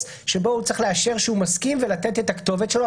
שבו הוא צריך לאשר שהוא מסכים ולתת את הכתובת שלו,